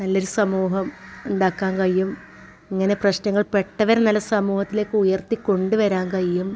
നല്ലൊരു സമൂഹം ഉണ്ടാക്കാൻ കഴിയും ഇങ്ങനെ പ്രശ്നങ്ങളിൽ പെട്ടവരെ നല്ല സമൂഹത്തിലേക്ക് ഉയർത്തിക്കൊണ്ട് വരാൻ കഴിയും